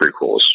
prequels